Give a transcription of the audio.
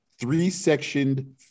three-sectioned